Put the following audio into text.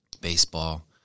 baseball